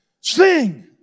Sing